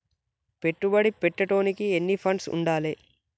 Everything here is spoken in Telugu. పెట్టుబడి పెట్టేటోనికి ఎన్ని ఫండ్స్ ఉండాలే?